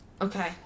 Okay